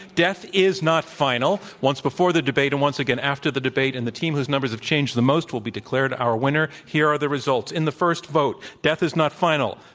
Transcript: death is not final, once before the debate and once again after the debate, and the team whose numbers have changed the most will be declared our winner. here are the results. in the first vote, death is not final,